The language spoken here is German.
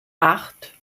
acht